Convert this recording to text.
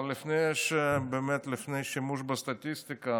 אבל לפני שימוש בסטטיסטיקה